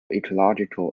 ecological